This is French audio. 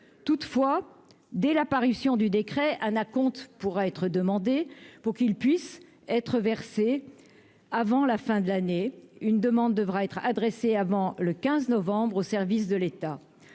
toutefois dès la parution du décret un acompte pourra être demandé pour qu'il puisse être versée avant la fin de l'année une demande devra être adressées avant le 15 novembre au service de l'État,